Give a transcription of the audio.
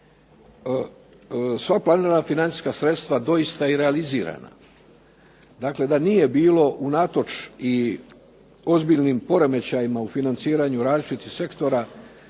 sva planirana financijska sredstva doista i realizirana, dakle da nije bilo unatoč i ozbiljnim poremećajima u financiranju različitih sektora,